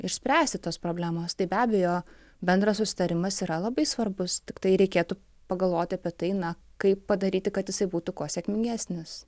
išspręsti tos problemos tai be abejo bendras susitarimas yra labai svarbus tiktai reikėtų pagalvoti apie tai na kaip padaryti kad jisai būtų kuo sėkmingesnis